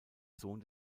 sohn